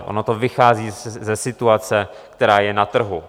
Ono to vychází ze situace, která je na trhu.